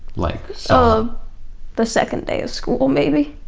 like so the second day of school maybe.